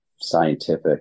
scientific